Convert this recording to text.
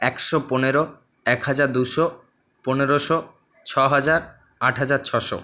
একশো পনেরো একহাজার দুশো পনেরোশো ছহাজার আটহাজার ছশো